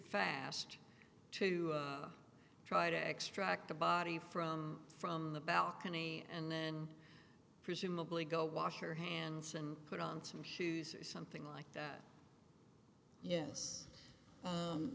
fast to try to extract the body from from the balcony and then presumably go wash your hands and put on some shoes or something like that ye